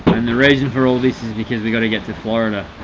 and the reason for all this is because we gotta get to florida.